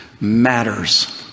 matters